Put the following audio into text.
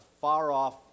far-off